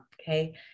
Okay